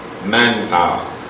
Manpower